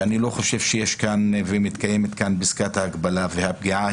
אני לא חושב שמתקיימת כאן פסקת ההגבלה והפגיעה